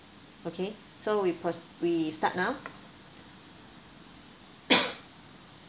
okay so we proce~ we start now